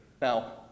Now